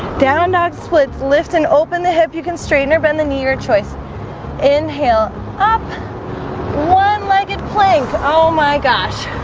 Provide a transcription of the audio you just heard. down dog split lift and open the hip you can straighten or bend the knee your choice inhale up one legged plank. oh my gosh